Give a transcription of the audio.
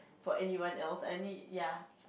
for anyone else any ya